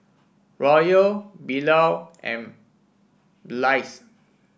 Royal Bilal and Blaise